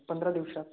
पंधरा दिवसात